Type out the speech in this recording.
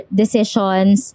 decisions